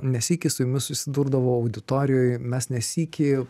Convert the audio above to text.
ne sykį su jumis susidurdavau auditorijoj mes ne sykį